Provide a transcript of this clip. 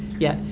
yeah?